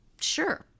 Sure